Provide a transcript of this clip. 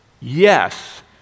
yes